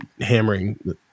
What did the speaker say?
hammering